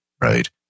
right